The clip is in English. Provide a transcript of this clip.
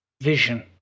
vision